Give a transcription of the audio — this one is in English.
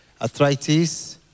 arthritis